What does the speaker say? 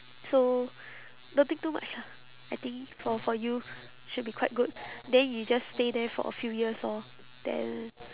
so don't think too much lah I think for for you should be quite good then you just stay there for a few years lor then